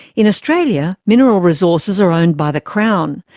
in australia, mineral resources are owned by the crown,